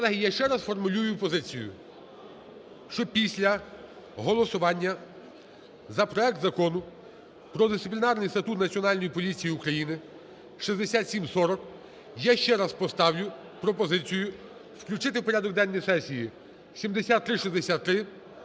Колеги, я ще раз сформулюю позицію, що після голосування за проект Закону про Дисциплінарний статут Національної поліції України (6740) я ще раз поставлю пропозицію включити в порядок денний сесії 7363,